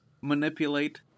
manipulate